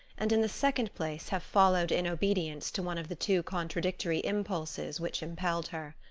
and in the second place have followed in obedience to one of the two contradictory impulses which impelled her.